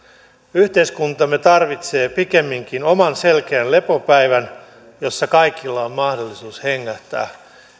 yhteiskuntamme tarvitsee pikemminkin oman selkeän lepopäivän jolloin kaikilla on mahdollisuus hengähtää